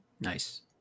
nice